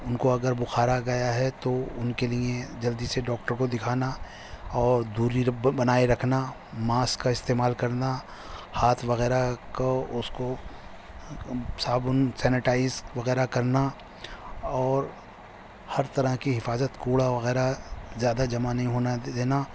ان کو اگر بخار آ گیا ہے تو ان کے لیے جلدی سے ڈاکٹر کو دکھانا اور دوری بنائے رکھنا ماسک کا استعمال کرنا ہاتھ وغیرہ کو اس کو صابن سینیٹائز وغیرہ کرنا اور ہر طرح کی حفاظت کوڑا وغیرہ زیادہ جمع نہیں ہونا دینا